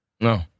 No